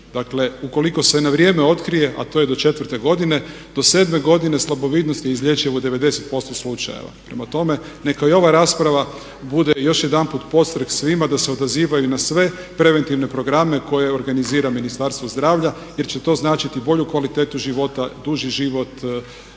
Dakle, ukoliko se na vrijeme otkrije, a to je do 4. godine, do 7. godine slabovidnost je izlječiva u 90% slučajeva. Prema tome neka i ova rasprava bude još jedanput podstrek svima da se odazivaju na sve preventivne programe koje organizira Ministarstvo zdravlja jer će to značiti bolju kvalitetu života, duži život